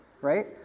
right